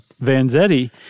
Vanzetti